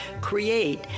create